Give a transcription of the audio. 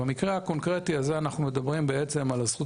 במקרה הקונקרטי הזה אנחנו מדברים על הזכות